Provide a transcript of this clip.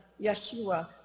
Yeshua